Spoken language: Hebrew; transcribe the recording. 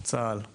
זום.